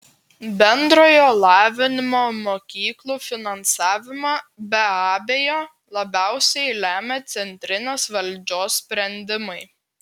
bendrojo lavinimo mokyklų finansavimą be abejo labiausiai lemia centrinės valdžios sprendimai